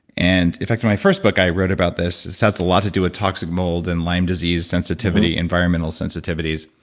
and in fact my first book i wrote about this, it has a lot to do with toxic mold and lyme disease sensitivity, environmental sensitivities.